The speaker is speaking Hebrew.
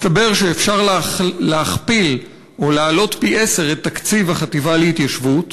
הסתבר שאפשר להכפיל או להעלות פי-עשרה את תקציב החטיבה להתיישבות,